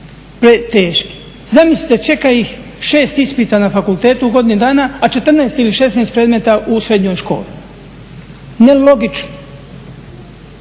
preteški. Zamislite čeka ih 6 ispita na fakultetu u godinu dana, a 14 ili 16 predmeta u srednjoj školi. Nelogično!